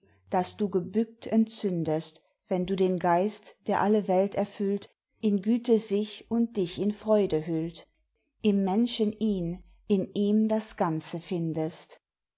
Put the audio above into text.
das du gebückt entzündest wenn du den geist der alle welt erfüllt in güte sich und dich in freude hüllt im menschen ihn in ihm das ganze findest